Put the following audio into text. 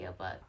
audiobooks